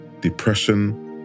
depression